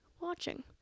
watching